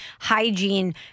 hygiene